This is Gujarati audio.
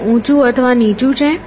તે ઊંચું અથવા નીચું છે